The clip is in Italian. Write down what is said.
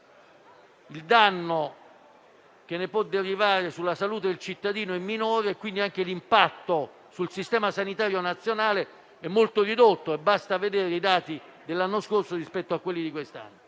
il danno che ne può derivare sulla salute del cittadino è minore e, quindi, anche l'impatto sul Sistema sanitario nazionale è molto ridotto; basta confrontare i dati dell'anno scorso con quelli di quest'anno.